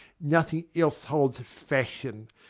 nothing else holds fashion.